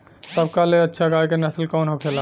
सबका ले अच्छा गाय के नस्ल कवन होखेला?